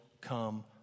come